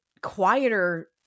quieter